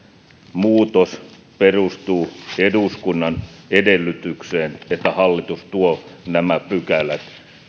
muutos perustuu eduskunnan edellytykseen että hallitus tuo nämä pykälät